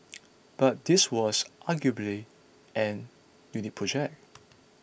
but this was arguably an unique project